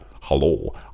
Hello